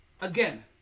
Again